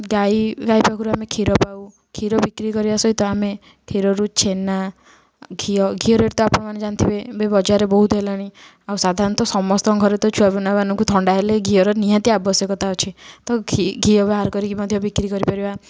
ଗାଈ ଗାଈ ପାଖରୁ ଆମେ କ୍ଷୀର ପାଉ କ୍ଷୀର ବିକ୍ରି କରିବା ସହିତ ଆମେ କ୍ଷୀରରୁ ଛେନା ଘିଅ ଘିଅ ରେଟ୍ ତ ଆପଣମାନେ ଜାଣିଥିବେ ଏବେ ବଜାରରେ ବହୁତ ହେଲାଣି ଆଉ ସାଧାରଣତଃ ସମସ୍ତଙ୍କ ଘରେ ତ ଛୁଆ ମାନଙ୍କୁ ଥଣ୍ଡା ହେଲେ ଘିଅର ନିହାତି ଆବଶ୍ୟକତା ଅଛି ତ ଘିଅ ବାହାର କରିକି ମଧ୍ୟ ବିକ୍ରି କରି ପାରିବା